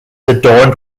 adorned